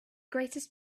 greatest